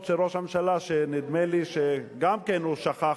של ראש הממשלה שנדמה לי שגם כן הוא שכח,